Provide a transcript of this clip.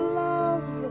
love